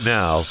now